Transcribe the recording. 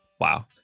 Wow